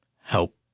help